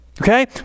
Okay